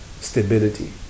stability